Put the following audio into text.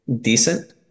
decent